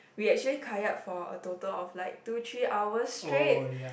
we actually kayak for a total of like two three hours straight